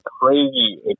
crazy